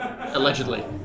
allegedly